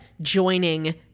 joining